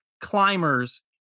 climbers